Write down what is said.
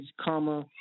comma